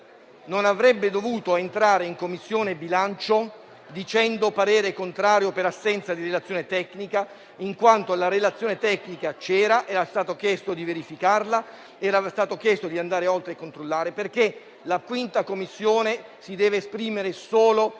non avrebbe dovuto esprimere in Commissione bilancio un parere contrario per assenza di relazione tecnica, in quanto la relazione tecnica c'era, era stato chiesto di verificarla e di andare oltre e controllare. La Commissione bilancio si deve esprimere solo